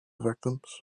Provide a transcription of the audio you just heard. victims